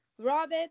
Robert